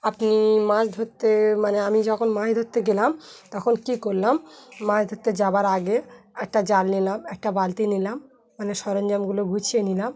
আপনি মাছ ধরতে মানে আমি যখন মাছ ধরতে গেলাম তখন কী করলাম মাছ ধরতে যাওয়ার আগে একটা জাল নিলাম একটা বালতি নিলাম মানে সরঞ্জামগুলো গুছিয়ে নিলাম